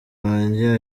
wanjye